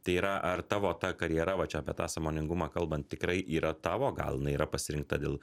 tai yra ar tavo ta karjera va čia apie tą sąmoningumą kalbant tikrai yra tavo gal jinai yra pasirinkta dėl